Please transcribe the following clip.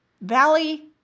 valley